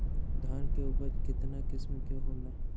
धान के उपज केतना किस्म के होला?